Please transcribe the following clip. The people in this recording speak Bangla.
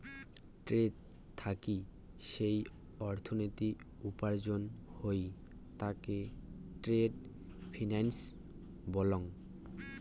ট্রেড থাকি যেই অর্থনীতি উপার্জন হই তাকে ট্রেড ফিন্যান্স বলং